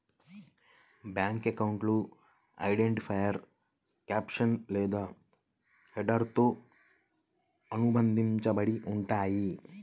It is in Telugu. బ్యేంకు అకౌంట్లు ఐడెంటిఫైయర్ క్యాప్షన్ లేదా హెడర్తో అనుబంధించబడి ఉంటయ్యి